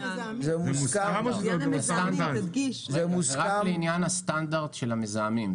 זה רק לעניין הסטנדרט של המזהמים.